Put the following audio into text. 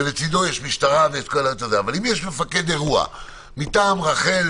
שלצדו תהיה המשטרה מפקד מטעם רח"ל,